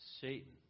Satan